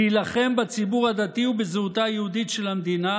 להילחם בציבור הדתי ובזהותה הדתית של המדינה